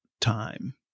time